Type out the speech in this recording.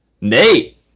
Nate